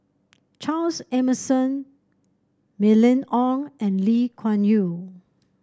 Charles Emmerson Mylene Ong and Lee Kuan Yew